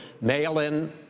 mail-in